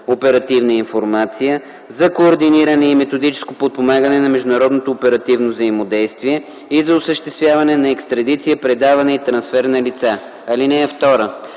оперативна информация, за координиране и методическо подпомагане на международното оперативно взаимодействие и за осъществяване на екстрадиция, предаване и трансфер на лица. (2)